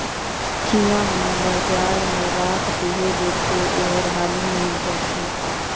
चिंया मन ल जाड़ में राख देहे ले तो ओहर हालु मइर जाथे